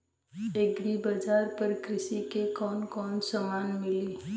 Agri बाजार पर कृषि के कवन कवन समान मिली?